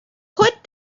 put